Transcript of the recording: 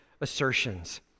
assertions